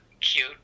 cute